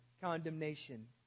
Condemnation